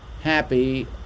happy